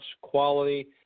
quality